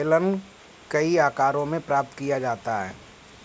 बेलन कई आकारों में प्राप्त किया जाता है